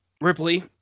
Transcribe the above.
Ripley